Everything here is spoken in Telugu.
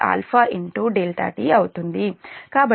కాబట్టి ఇది120604180